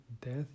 death